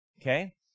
Okay